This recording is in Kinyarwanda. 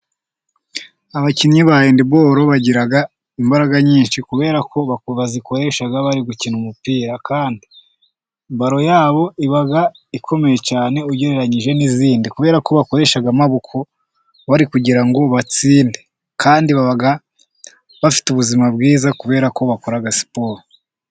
Abakinnyi ba hendi boro bagira imbaraga nyinshi, kubera ko bazikoresha bari gukina umupira, kandi baro yabo iba ikomeye cyane ugereranyije n'izindi, kubera ko bakoresha amaboko bari kugira ngo batsinde, kandi baba bafite ubuzima bwiza kubera ko bakora siporo.